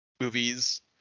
movies